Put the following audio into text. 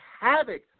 havoc